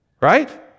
right